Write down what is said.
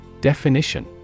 Definition